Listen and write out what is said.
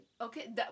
Okay